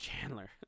Chandler